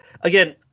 again